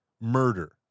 murder